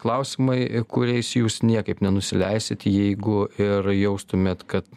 klausimai kuriais jūs niekaip nenusileisit jeigu ir jaustumėt kad